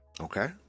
Okay